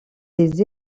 les